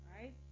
right